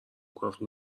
کافی